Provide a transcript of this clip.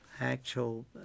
actual